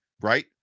right